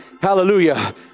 Hallelujah